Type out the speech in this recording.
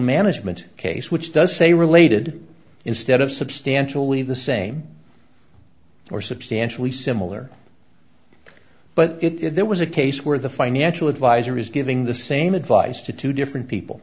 management case which does say related instead of substantially the same or substantially similar but if there was a case where the financial advisor is giving the same advice to two different people